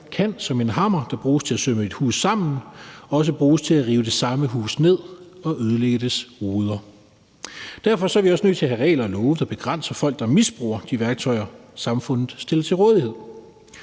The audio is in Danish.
kan som en hammer, der bruges til at sømme et hus sammen, også bruges til at rive det samme hus ned og ødelægge dets ruder. Derfor er vi også nødt til at have regler og love, der begrænser folk, der misbruger de værktøjer, samfundet stiller til rådighed.